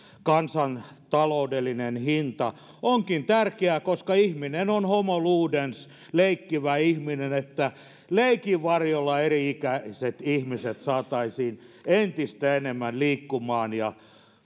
kansantaloudellinen hinta onkin tärkeää koska ihminen on homo ludens leikkivä ihminen että leikin varjolla eri ikäiset ihmiset saataisiin entistä enemmän liikkumaan ja